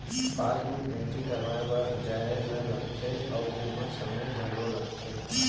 passbook entry करवाए बर जाए ल लागथे अउ ओमा समे घलौक लागथे